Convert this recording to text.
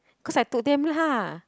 cause I told them lah